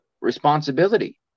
responsibility